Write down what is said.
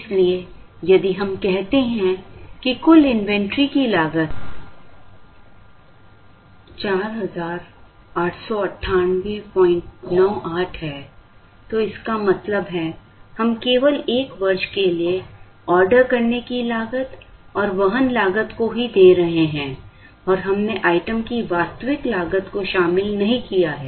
इसलिए यदि हम कहते हैं कि कुल इन्वेंट्री की लागत 489898 है तो इसका मतलब है हम केवल एक वर्ष के लिए ऑर्डर करने की लागत और वहन लागत को ही दे रहे हैं और हमने आइटम की वास्तविक लागत को शामिल नहीं किया है